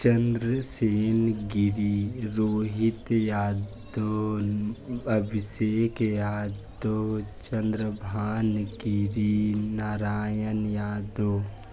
Chandrasen Giri Rohit Yadav Abhishek Yadav Chandrabhan Giri Narayan Yadav